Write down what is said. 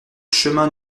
chemin